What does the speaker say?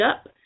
up